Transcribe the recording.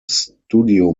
studio